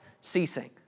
ceasing